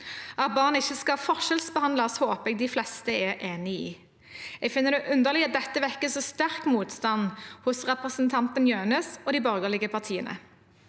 At barn ikke skal forskjellsbehandles, håper jeg de fleste er enige i. Jeg finner det underlig at dette vekker så sterk motstand hos representanten Jønnes og de borgerlige partiene.